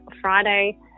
Friday